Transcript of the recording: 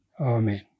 Amen